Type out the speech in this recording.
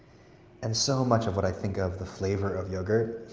and so much of what i think of the flavor of yogurt